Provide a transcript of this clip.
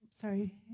Sorry